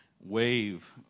wave